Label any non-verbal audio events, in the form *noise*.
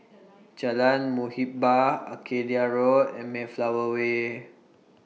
*noise* Jalan Muhibbah Arcadia Road and Mayflower Way